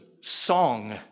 song